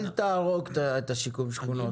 אל תהרוג את שיקום השכונות.